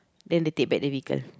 then they take back the vehicle